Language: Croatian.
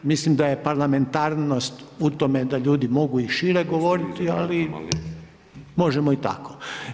Mislim da je parlamentarnost u tome da ljudi mogu i šire govoriti, ali možemo i tako.